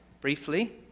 briefly